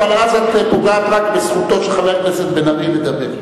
אבל אז את פוגעת רק בזכותו של חבר הכנסת בן-ארי לדבר.